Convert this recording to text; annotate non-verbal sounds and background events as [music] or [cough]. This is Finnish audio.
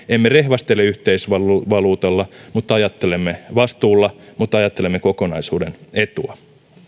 [unintelligible] emme rehvastele yhteisvaluutalla mutta ajattelemme vastuulla ajattelemme kokonaisuuden etua